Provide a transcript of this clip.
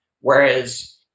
whereas